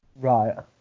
Right